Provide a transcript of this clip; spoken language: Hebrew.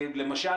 למשל,